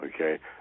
Okay